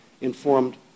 informed